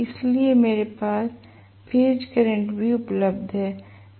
इसलिए मेरे साथ फेज करंट भी उपलब्ध है